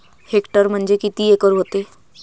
Hectare म्हणजे किती acre व्हते?